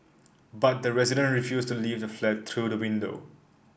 but the resident refused to leave the flat through the window